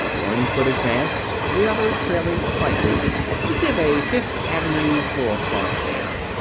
one foot advanced, the other trailing slightly to give a fifth avenue four o'clock air.